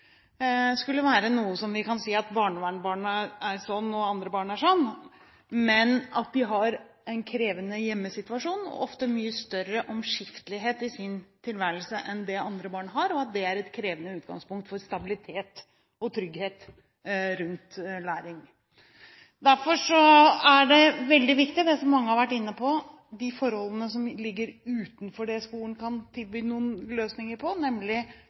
skulle være noe som for barnevernsbarn er slik, og for andre barn er slik, men at de har en krevende hjemmesituasjon, ofte mye større omskiftelighet i sin tilværelse enn det andre barn har, og at det er et krevende utgangspunkt for stabilitet og trygghet rundt læring. Derfor er det veldig viktig det som mange har vært inne på, de forholdene som ligger utenfor det skolen kan tilby noen løsninger på, nemlig